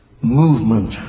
movement